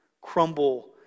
crumble